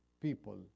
people